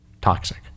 toxic